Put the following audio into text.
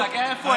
רק איפה הם?